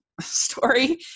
story